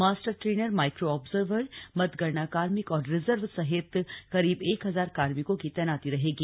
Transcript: master trainer micro observer मतगणना कार्मिक और रिजर्व सहित करीब एक हजार कार्मिकों की तैनाती रहेगी